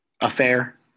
affair